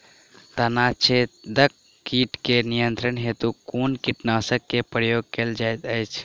तना छेदक कीट केँ नियंत्रण हेतु कुन कीटनासक केँ प्रयोग कैल जाइत अछि?